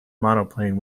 monoplane